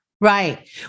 Right